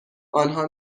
آنها